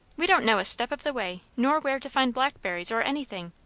we don't know a step of the way, nor where to find blackberries or anything.